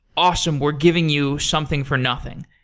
awesome. we're giving you something for nothing.